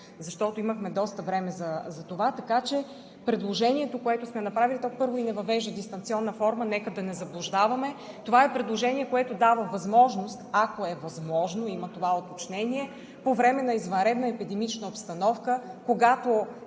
защото имахме доста време за това. Така че предложението, което сме направили, първо, не въвежда дистанционна форма, нека да не се заблуждаваме. Това е предложение, което дава възможност, ако е възможно и има това уточнение, по време на извънредна епидемична обстановка, когато